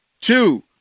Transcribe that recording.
Two